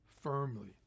firmly